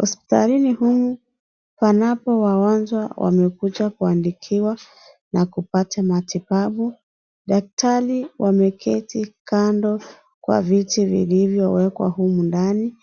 Hospitalini humu panapo wagonjwa wamekuja kuandikiwa na kupata matibabu. Daktari wameketi kando kwa viti vilivyowekwa humu ndani.